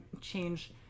change